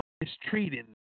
mistreating